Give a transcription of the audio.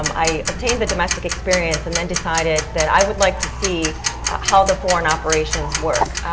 um i obtained the domestic experience and then decided that i would like to see how the foreign operations work.